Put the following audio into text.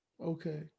okay